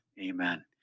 Amen